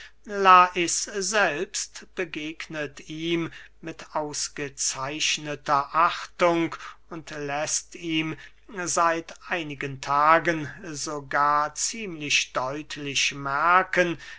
selbst begegnet ihm mit ausgezeichneter achtung und läßt ihm seit einigen tagen sogar ziemlich deutlich merken